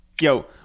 yo